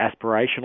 aspirational